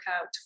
out